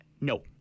No